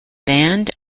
band